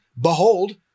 behold